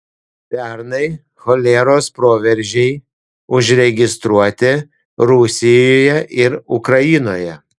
pernai choleros proveržiai užregistruoti rusijoje ir ukrainoje